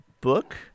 book